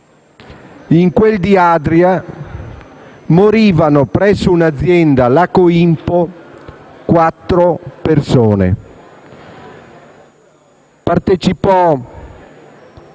in quel di Adria morivano presso un'azienda - la Co.Im.Po - quattro persone,